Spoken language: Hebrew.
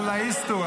אללה יוסתור,